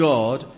God